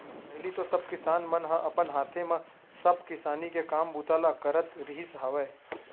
पहिली तो सब किसान मन ह अपन हाथे म सब किसानी के काम बूता ल करत रिहिस हवय